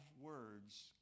words